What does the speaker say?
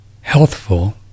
healthful